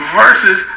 versus